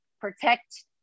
protect